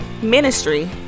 ministry